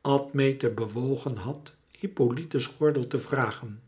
admete bewogen had hippolyte's gordel te vragen